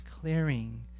clearing